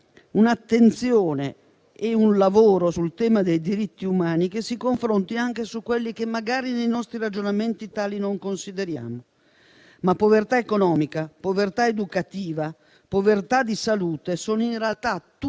un'attenzione e un lavoro sul tema dei diritti umani che si confronti anche su quelli che magari nei nostri ragionamenti tali non consideriamo, ma povertà economica, povertà educativa e povertà di salute sono in realtà tutte